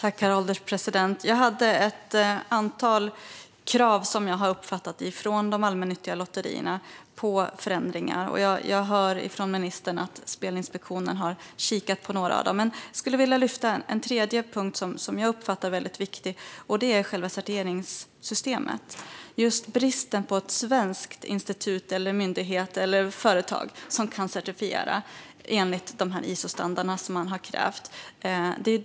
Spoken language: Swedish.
Herr ålderspresident! Det finns ett antal krav på förändringar som jag har uppfattat från de allmännyttiga lotterierna. Jag hör ifrån ministern att Spelinspektionen har kikat på några av dem. Jag vill lyfta fram en tredje punkt som jag uppfattar som viktig. Det gäller själva certifieringssystemet och just bristen på ett svenskt institut, en myndighet eller ett företag som kan certifiera enligt de ISO-standarder som det har funnits krav på.